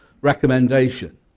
recommendation